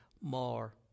more